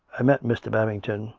i met mr. babington.